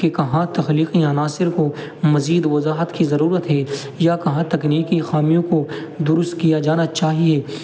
کہ کہاں تخلیقی عناصر کو مزید وضاحت کی ضرورت ہے یا کہاں تک تکنیکی خامیوں کو درست کیا جانا چاہیے